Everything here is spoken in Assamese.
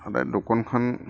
সদায় দোকানখন